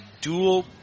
dual